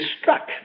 struck